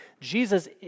Jesus